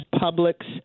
publics